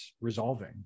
resolving